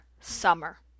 summer